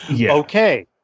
Okay